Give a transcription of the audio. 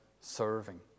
serving